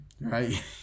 right